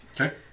Okay